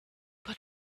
but